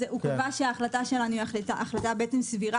הוא קבע שההחלטה שלנו היא החלטה סבירה